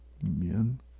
Amen